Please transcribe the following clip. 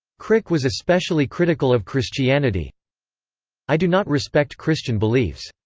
crick was especially critical of christianity i do not respect christian beliefs.